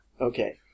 Okay